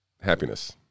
happiness